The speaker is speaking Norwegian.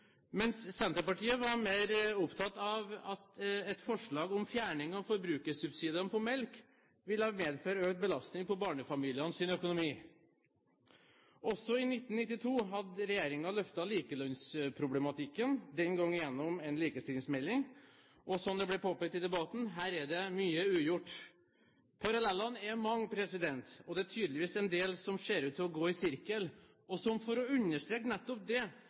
mens Senterpartiet var mer opptatt av at et forslag om fjerning av forbrukersubsidiene på melk ville medføre økt belastning på barnefamilienes økonomi. Også i 1992 hadde regjeringen løftet likelønnsproblematikken, den gang gjennom en likestillingsmelding. Og som det ble påpekt i debatten: her er det mye ugjort. Parallellene er mange, og det er tydeligvis en del som ser ut til å gå i sirkel. Som for å understreke nettopp det,